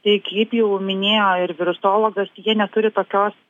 tai kaip jau minėjo ir virusologas tai jie neturi tokios